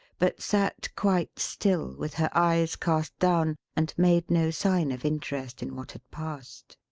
but sat quite still, with her eyes cast down and made no sign of interest in what had passed.